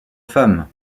femme